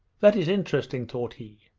that is interesting thought he.